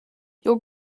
your